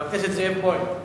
חבר הכנסת זאב בוים?